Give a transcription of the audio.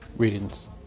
Greetings